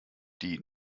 die